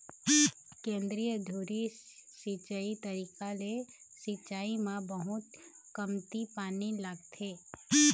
केंद्रीय धुरी सिंचई तरीका ले सिंचाई म बहुत कमती पानी लागथे